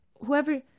whoever